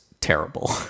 terrible